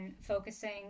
focusing